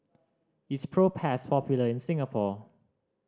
is Propass popular in Singapore